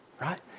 right